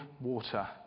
water